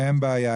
אין בעיה.